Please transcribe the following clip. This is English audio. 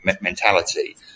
mentality